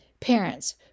parents